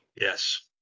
Yes